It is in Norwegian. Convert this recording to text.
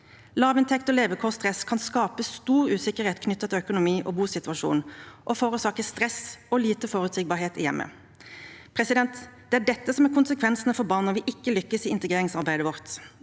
Lavinntekt og levekårsstress kan skape stor usikkerhet knyttet til økonomi og bosituasjon og forårsake stress og lite forutsigbarhet i hjemmet. Det er dette som er konsekvensene for barn når vi ikke lykkes i integreringsarbeidet vårt,